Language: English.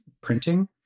printing